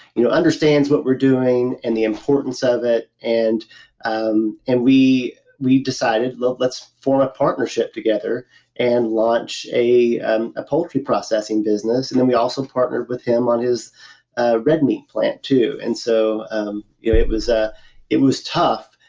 you know understands what we're doing and the importance of it, and um and we we decided let's let's form a partnership together and launch a and a poultry processing business. then we also partnered with him on his red meat plant too. and so it was ah it was tough,